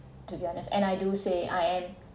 to be honest and I do say I am